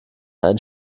einen